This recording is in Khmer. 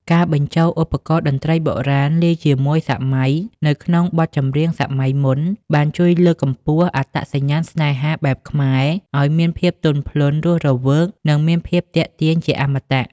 ការបញ្ចូលឧបករណ៍តន្ត្រីបុរាណលាយជាមួយសម័យនៅក្នុងបទចម្រៀងជំនាន់មុន បានជួយលើកកម្ពស់អត្តសញ្ញាណស្នេហាបែបខ្មែរឱ្យមានភាពទន់ភ្លន់ រស់រវើក និងមានភាពទាក់ទាញជាអមតៈ។